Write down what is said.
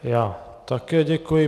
Já také děkuji.